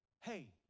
hey